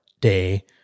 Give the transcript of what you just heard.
day